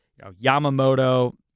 Yamamoto